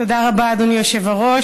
תודה רבה, אדוני היושב-ראש.